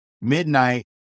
midnight